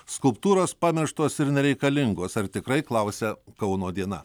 skulptūros pamirštos ir nereikalingos ar tikrai klausia kauno diena